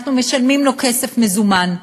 אנחנו משלמים לו כסף מזומן,